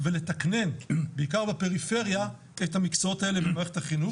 ולתקנן בעיקר בפריפריה את המקצועות האלה במערכת החינוך.